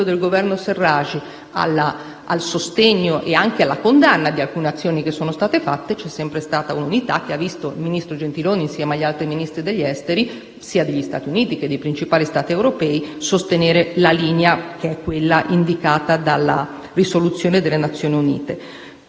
- mi riferisco al sostegno, ma anche alla condanna di alcune azioni fatte - c'è sempre stata un'unità che ha visto il ministro Gentiloni, insieme agli altri Ministri degli esteri, sia degli Stati Uniti che dei principali Stati europei, sostenere la linea indicata dalla risoluzione delle Nazioni Unite.